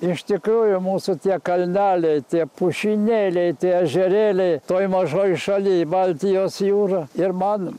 iš tikrųjų mūsų tie kalneliai tie pušynėliai tie ežerėliai toj mažoj šaly baltijos jūrą ir man